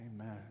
Amen